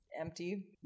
empty